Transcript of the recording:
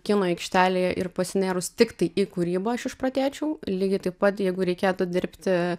kino aikštelėje ir pasinėrus tiktai į kūrybą aš išprotėčiau lygiai taip pat jeigu reikėtų dirbti